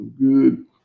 good